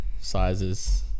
sizes